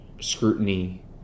scrutiny